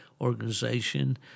organization